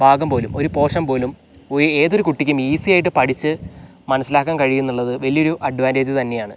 ഭാഗം പോലും ഒരു പോർഷൻ പോലും എ ഏതൊരു കുട്ടിക്കും ഈസിയായിട്ട് പഠിച്ച് മനസ്സിലാക്കാൻ കഴിയും എന്നുള്ളത് വലിയൊരു അഡ്വാൻറ്റേജ് തന്നെയാണ്